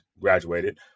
graduated